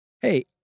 hey